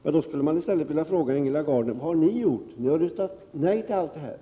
Jag skulle i stället vilja fråga Ingela Gardner: Vad har ni gjort? Ni har ju röstat nej till alla dessa saker.